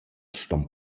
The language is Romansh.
ston